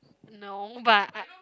no but I